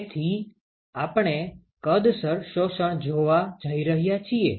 તેથી આપણે કદસર શોષણ જોવા જઈ રહ્યા છીએ